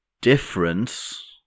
difference